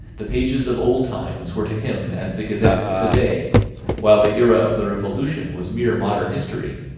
the pages of old times were to him as the gazettes of the day while the era of the revolution was mere modern history.